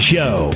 Show